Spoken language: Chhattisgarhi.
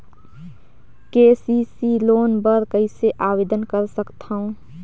के.सी.सी लोन बर कइसे आवेदन कर सकथव?